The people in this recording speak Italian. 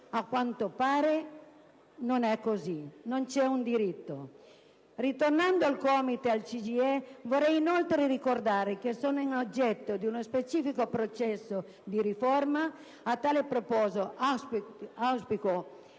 A quanto pare non abbiamo gli stessi diritti. Ritornando ai COMITES e al CGIE, vorrei inoltre ricordare che sono oggetto di uno specifico processo di riforma. A tale proposito auspico